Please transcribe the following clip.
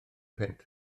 punt